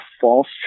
false